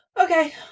Okay